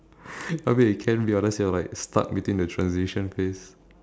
you are like stuck between the transition phase